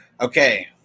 Okay